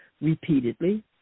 repeatedly